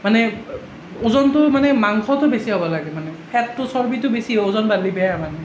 ওজনটো মানে মাংসটো বেছি হ'ব লাগে মানে ফেটতো চৰ্বিটো বেছি হৈ ওজন বাঢ়লি বেয়া মানে